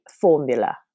formula